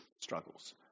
struggles